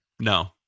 No